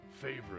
favorite